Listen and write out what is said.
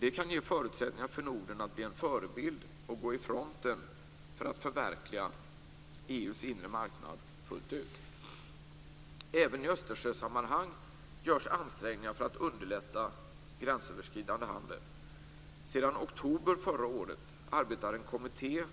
Det kan ge förutsättningar för Norden att bli en förebild och gå i fronten för att förverkliga Även i Östersjösammanhang görs ansträngningar för att underlätta gränsöverskridande handel. Sedan oktober förra året arbetar en kommitté